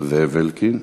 זאב אלקין.